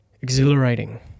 exhilarating